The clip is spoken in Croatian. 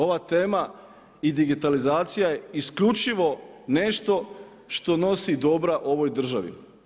Ova tema i digitalizacija je isključivo nešto što nosi dobro ovoj državi.